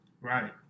Right